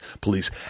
police